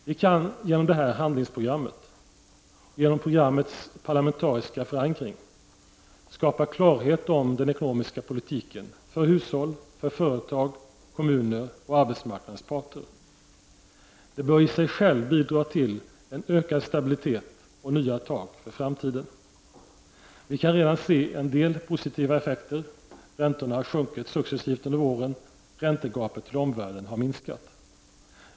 Vi kan genom detta handlingsprogram — och genom programmets parlamentariska förankring — skapa klarhet om den ekonomiska politiken för hushåll, företag, kommuner och arbetsmarknadens parter. Det bör i sig själv bidra till en ökad stabilitet och nya tag för framtiden. Vi kan redan se en del positiva effekter — räntorna har sjunkit successivt under våren, räntegapet till omvärlden har minskat.